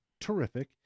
Terrific